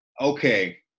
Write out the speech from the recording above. okay